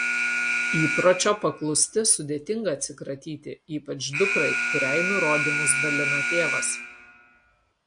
įpročio paklusti sudėtinga atsikratyti ypač dukrai kuriai nurodymus dalina tėvas